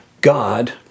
God